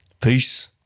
Peace